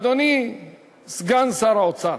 אדוני סגן שר האוצר,